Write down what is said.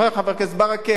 חבר הכנסת ברכה?